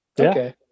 okay